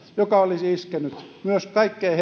joka olisi iskenyt myös kaikkein